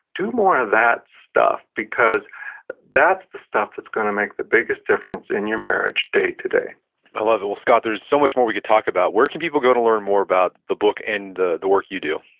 do more of that stuff, because that's that stuff that's going to make the biggest difference in your marriage day to day i love it. well, scott, there's so much more we can talk about. where can be people go to learn more about the book, and the the work you do?